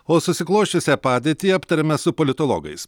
o susiklosčiusią padėtį aptariame su politologais